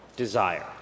Desire